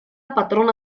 patrona